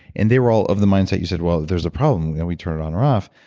and they were all of the mindset you said, well, if there's a problem then we turn it on or off.